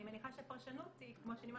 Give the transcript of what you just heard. אני מניחה שהפרשנות היא כמו שאני אומרת,